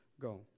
go